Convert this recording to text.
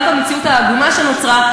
גם במציאות העגומה שנוצרה,